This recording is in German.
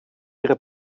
ihre